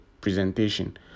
presentation